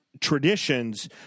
traditions